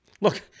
Look